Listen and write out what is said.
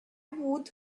would